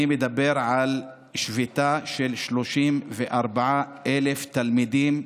אני מדבר על שביתה של 34,000 תלמידים.